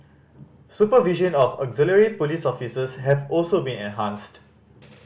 supervision of auxiliary police officers have also been enhanced